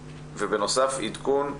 בנוסף, עדכון תלונות,